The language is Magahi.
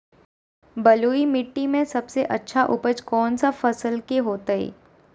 बलुई मिट्टी में सबसे अच्छा उपज कौन फसल के होतय?